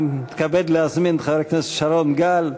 אני מתכבד להזמין את חבר הכנסת שרון גל,